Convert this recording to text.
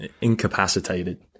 incapacitated